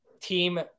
team